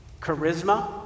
Charisma